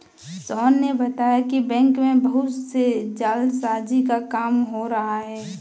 सोहन ने बताया कि बैंक में बहुत से जालसाजी का काम हो रहा है